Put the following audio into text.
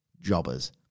jobbers